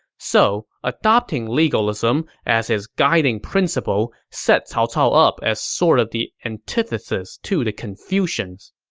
so, adopting legalism as his guiding principle set cao cao up as sort of the antithesis to the confucians.